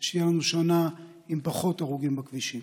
שתהיה לנו שנה עם פחות הרוגים בכבישים.